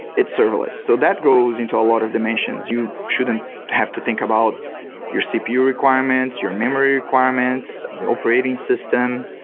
it's serverless so that goes into a lot of dimensions. you shouldn't have to think about your cpu requirements, your memory requirements, the operating system,